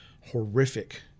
horrific